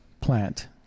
plant